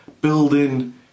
building